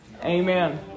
Amen